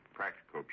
practical